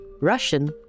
Russian